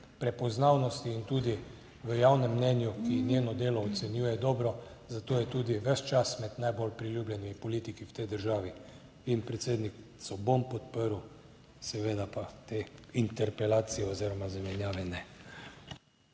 prepoznavnosti in tudi v javnem mnenju, ki njeno delo ocenjuje dobro, zato je tudi ves čas med najbolj priljubljenimi politiki v tej državi. In predsednico bom podprl. Seveda pa te interpelacije oziroma zamenjave ne.